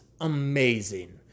amazing